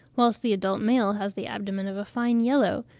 whilst the adult male has the abdomen of a fine yellow,